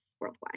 worldwide